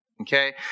Okay